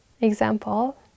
Example